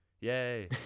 Yay